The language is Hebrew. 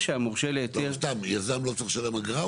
לא, סתם, יזם לא צריך לשלם אגרה?